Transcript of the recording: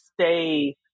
stay